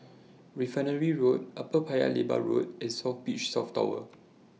Refinery Road Upper Paya Lebar Road and South Beach South Tower